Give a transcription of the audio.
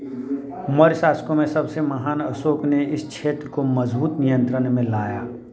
मौर्य शासको में सबसे महान अशोक ने इस क्षेत्र को मज़बूत नियंत्रण में लाया